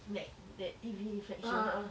like that T_V reflection